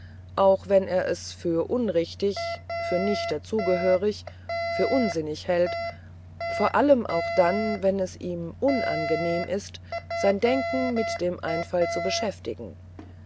auch wenn er es für unrichtig für nicht dazu gehörig für unsinnig hält vor allem auch dann wenn es ihm unangenehm ist sein denken mit dem einfall zu beschäftigen